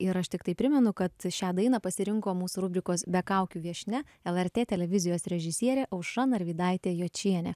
ir aš tiktai primenu kad šią dainą pasirinko mūsų rubrikos be kaukių viešnia lrt televizijos režisierė aušra narvydaitė jočienė